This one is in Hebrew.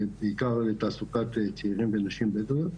בעיקר בתעסוקת צעירים ונשים בדואיות,